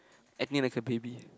acting like a baby